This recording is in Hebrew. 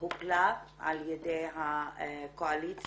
הופלה על ידי הקואליציה.